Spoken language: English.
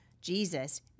Jesus